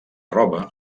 roba